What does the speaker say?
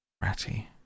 Ratty